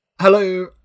Hello